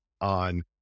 on